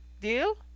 Deal